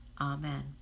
Amen